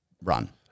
run